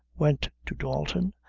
went to dalton,